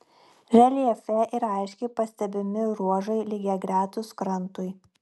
reljefe yra aiškiai pastebimi ruožai lygiagretūs krantui